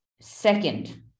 Second